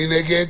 מי נגד?